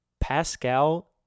Pascal